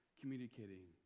communicating